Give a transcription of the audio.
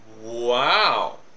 Wow